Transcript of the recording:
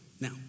Now